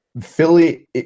Philly